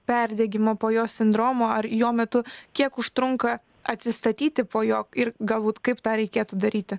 perdegimo po jo sindromo ar jo metu kiek užtrunka atsistatyti po jo ir galbūt kaip tą reikėtų daryti